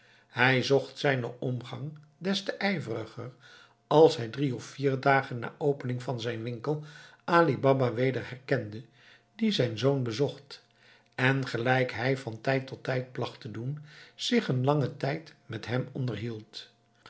hij zocht zijnen omgang des te ijveriger als hij drie of vier dagen na opening van zijn winkel ali baba weder herkende die zijn zoon bezocht en gelijk hij van tijd tot tijd placht te doen zich een langen tijd met hem onderhield